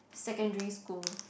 secondary school